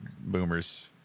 boomers